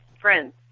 friends